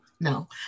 No